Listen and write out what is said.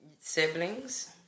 siblings